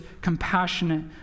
compassionate